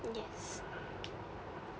yes